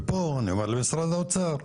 ופה אני אומר למשרד האוצר: